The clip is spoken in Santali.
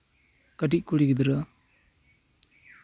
ᱠᱟᱹᱴᱤᱡ ᱠᱩᱲᱤ ᱜᱤᱫᱽᱨᱟᱹ